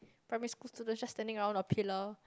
primary school student just standing out of pillar